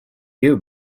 you